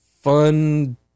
fun